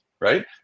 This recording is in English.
right